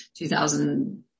2000